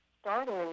starting